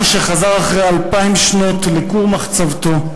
עם שחזר אחרי אלפיים שנות לכור מחצבתו,